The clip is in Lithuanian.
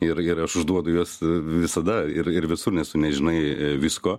ir ir aš užduodu juos visada ir ir visur nes tu nežinai visko